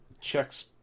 checks